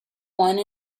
one